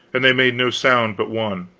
and they made no sound but one